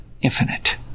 infinite